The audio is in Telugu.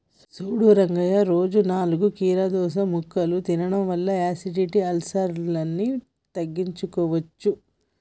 సూడు రంగయ్య రోజు నాలుగు కీరదోస ముక్కలు తినడం వల్ల ఎసిడిటి, అల్సర్ను తగ్గించుకోవచ్చు